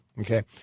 Okay